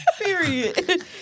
Period